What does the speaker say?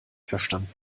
verstanden